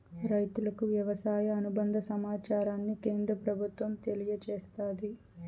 రైతులకు వ్యవసాయ అనుబంద సమాచారాన్ని కేంద్ర ప్రభుత్వం తెలియచేస్తాది